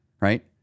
Right